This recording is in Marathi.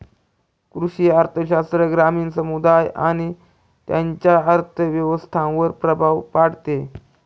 कृषी अर्थशास्त्र ग्रामीण समुदाय आणि त्यांच्या अर्थव्यवस्थांवर प्रभाव पाडते